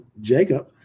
Jacob